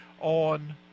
on